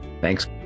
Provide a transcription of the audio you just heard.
Thanks